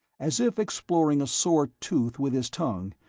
as if exploring a sore tooth with his tongue,